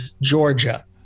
Georgia